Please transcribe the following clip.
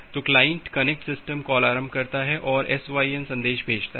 तो client connect system call आरंभ करता है और SYN संदेश भेजता है